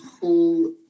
whole